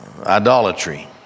idolatry